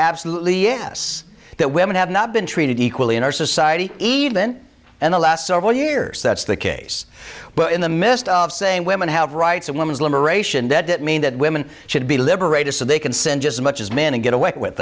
absolutely yes that women have not been treated equally in our society even in the last several years that's the case but in the midst of saying women have rights and women's liberation did that mean that women should be liberated so they can send just as much as men and get away with